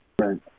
Right